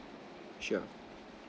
sure